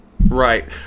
Right